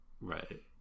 Right